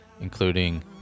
including